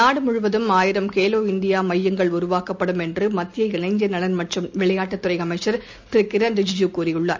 நாடுமுழுவதும் ஆயிரம் கேலோ இந்தியாமையங்கள் உருவாக்கப்படும் என்றுமத்திய இளைஞர் நலன் மற்றும் விளையாட்டுத் துறைஅமைச்சர் திருகிரன் ரிஜூஜூ கூறியுள்ளார்